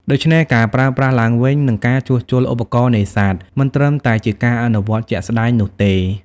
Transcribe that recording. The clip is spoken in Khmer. ដូច្នេះ ការប្រើប្រាស់ឡើងវិញ និងការជួសជុលឧបករណ៍នេសាទមិនត្រឹមតែជាការអនុវត្តន៍ជាក់ស្តែងនោះទេ។